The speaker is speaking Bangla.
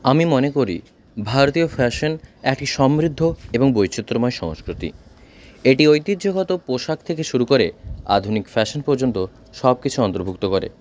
আমি মনে করি ভারতীয় ফ্যাশন একে সমৃদ্ধ এবং বৈচিত্র্যময় সংস্কৃতি এটি ঐতিহ্যগত পোশাক থেকে শুরু করে আধুনিক ফ্যাশন পর্যন্ত সব কিছু অন্তর্ভুক্ত করে